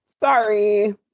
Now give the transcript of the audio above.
sorry